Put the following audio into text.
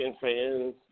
fans